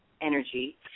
energy